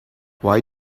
why